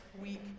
week